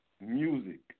music